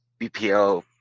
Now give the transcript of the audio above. BPO